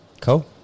Cool